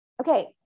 Okay